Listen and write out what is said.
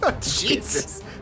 Jesus